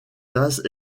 tasses